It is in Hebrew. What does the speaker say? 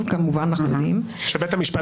ואנחנו אומרים לו שאין קשר בין ההצעה לבין דפי זהב,